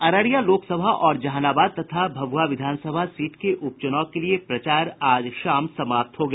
अररिया लोक सभा और जहानाबाद तथा भभुआ विधान सभा सीट के उपचुनाव के लिए प्रचार आज शाम समाप्त हो गया